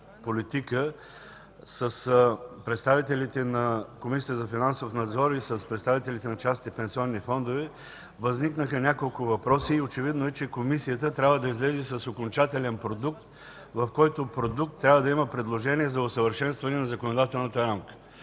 с представителите на Комисията за финансов надзор и на частните пенсионни фондове възникнаха няколко въпроса и очевидно Комисията трябва да излезе с окончателен продукт, в който трябва да има предложение за усъвършенстване на законодателната рамка.